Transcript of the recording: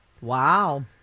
Wow